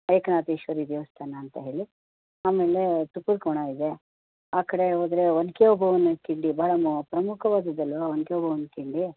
ಏಕನಾಥೇಶ್ವರಿ ದೇವಸ್ಥಾನ ಅಂತ ಹೇಳಿ ಆಮೇಲೆ ತುಪ್ಪದ ಕೋಣ ಇದೆ ಆ ಕಡೆ ಹೋದ್ರೆ ಒನಕೆ ಓಬವ್ವನ ಕಿಂಡಿ ಭಾಳ ಮೋ ಪ್ರಮುಖವಾದದ್ದಲ್ವಾ ಒನಕೆ ಓಬವ್ವನ ಕಿಂಡಿ